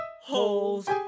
holes